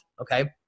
okay